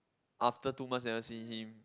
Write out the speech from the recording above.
after two months never see him